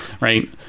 Right